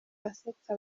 asetsa